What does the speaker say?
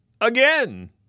again